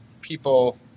people